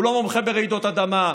הוא לא מומחה ברעידות אדמה,